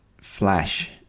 flash